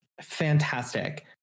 Fantastic